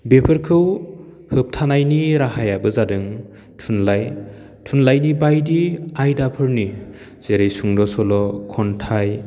बेफोरखौ होबथानायनि राहायाबो जादों थुनलाइ थुनलाइनि बायदि आइदाफोरनि जेरै सुंद' सल' खन्थाइ